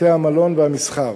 בתי-המלון והמסחר.